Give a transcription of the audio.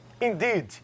indeed